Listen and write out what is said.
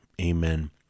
Amen